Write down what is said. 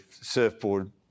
surfboard